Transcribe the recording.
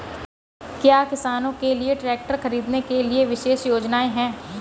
क्या किसानों के लिए ट्रैक्टर खरीदने के लिए विशेष योजनाएं हैं?